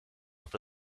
for